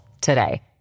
today